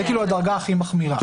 זאת כאילו הדרגה הכי מחמירה.